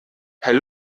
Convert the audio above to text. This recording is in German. herr